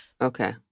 Okay